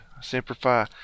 simplify